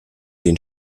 den